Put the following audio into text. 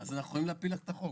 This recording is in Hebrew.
אז אנחנו יכולים להפיל לך את החוק.